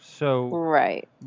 Right